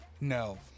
No